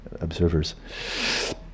observers